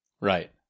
Right